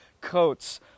coats